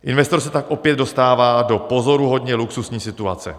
Investor se tak opět dostává do pozoruhodně luxusní situace.